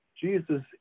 Jesus